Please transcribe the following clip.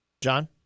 John